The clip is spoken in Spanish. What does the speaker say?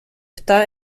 está